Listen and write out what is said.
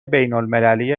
بینالمللی